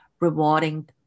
rewarding